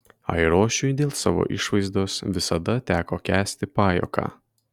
airošiui dėl savo išvaizdos visada teko kęsti pajuoką